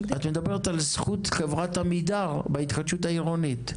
מגדיר --- את מדברת על זכות חברת עמידת בהתחדשות העירונית?